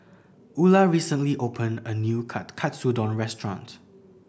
Ula recently opened a new Katsudon Restaurant